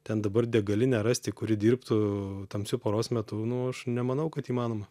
ten dabar degalinę rasti kuri dirbtų tamsiu paros metu nu aš nemanau kad įmanoma